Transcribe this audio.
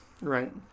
Right